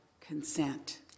consent